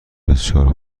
بسیار